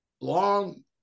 long